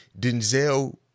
Denzel